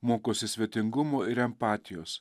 mokosi svetingumo ir empatijos